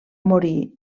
morir